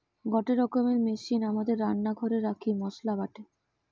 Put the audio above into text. গটে রকমের মেশিন আমাদের রান্না ঘরে রাখি মসলা বাটে